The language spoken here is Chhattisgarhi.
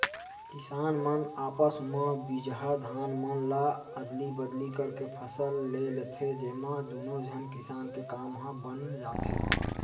किसान मन आपस म बिजहा धान मन ल अदली बदली करके फसल ले लेथे, जेमा दुनो झन किसान के काम ह बन जाथे